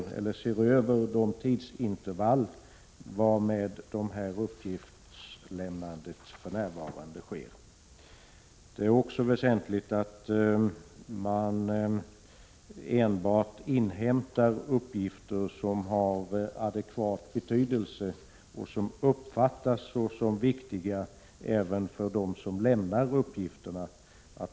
Man bör enligt vår mening även pröva om inte uppgiftssamlandet kan ske med längre intervall. Det är också viktigt att man endast inhämtar uppgifter som har adekvat betydelse och som uppfattas som viktiga även av dem som lämnar uppgifterna.